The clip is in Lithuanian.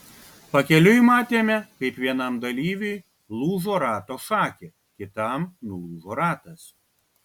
pakeliui matėme kaip vienam dalyviui lūžo rato šakė kitam nulūžo ratas